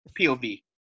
POV